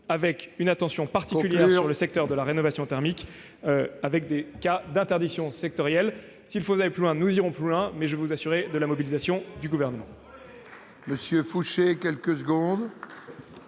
avec une attention particulière portée sur le secteur de la rénovation thermique et des cas d'interdictions sectorielles. S'il faut aller plus loin, nous irons plus loin, mais je puis vous assurer de la mobilisation du Gouvernement.